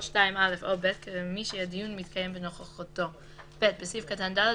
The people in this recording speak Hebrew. או 2(א) או (ב) כמי שהדיון מתקיים בנוכחותו"; (ב)בסעיף קטן (ד),